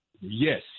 Yes